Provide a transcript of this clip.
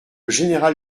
général